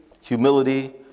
humility